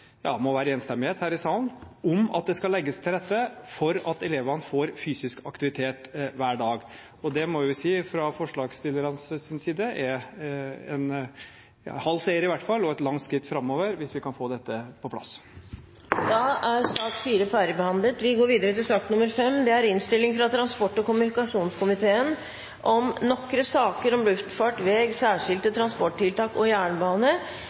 ja, det må være – enstemmighet her i salen om at det skal legges til rette for at elevene får fysisk aktivitet hver dag, og det må vi jo si, fra forslagsstillernes side, er en halv seier, i hvert fall, og et langt skritt framover hvis vi kan få dette på plass. Flere har ikke bedt om ordet til sak nr. 4. Etter ønske fra transport- og kommunikasjonskomiteen vil presidenten foreslå at taletiden blir begrenset til 5 minutter til hver partigruppe og